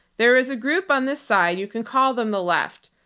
there is a group on this side, you can call them the left,